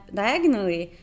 diagonally